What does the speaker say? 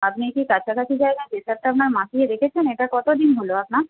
আপনি কি কাছাকাছি জায়গায় প্রেশারটা আপনার মাপিয়ে দেখেছেন এটা কত দিন হলো আপনার